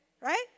right